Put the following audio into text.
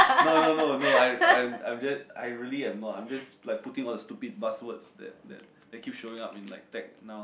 no no no no I I'm I'm I really am not I'm just like putting all the stupid buzz words that that keep showing up on Ted now